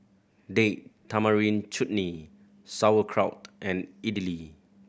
Date Tamarind Chutney Sauerkraut and Idili